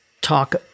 talk